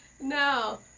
No